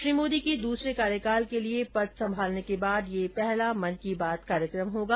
श्री मोदी के दूसरे कार्यकाल के लिए पद संभालने के बाद यह पहला मन की बात कार्यक्रम होगा